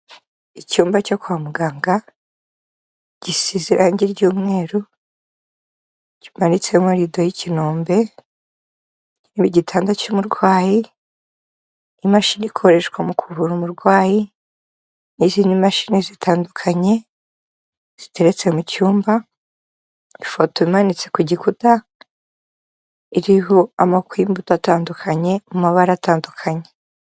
Icyumba cyo kwa muganga gisize irangi ry'umweru kimanitsemo rido y'ikiombe n'igitanda cy'umurwayi, imashini ikoreshwa mu kuvura umurwayi n'izindi mashini zitandukanye ziteretse mu cyumba, ifoto imanitse ku gikuta iriho amoko y'imbuto atandukanye mu mabara atandukanye.